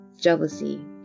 Jealousy